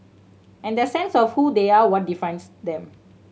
and their sense of who they are what defines them